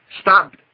stop